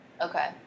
Okay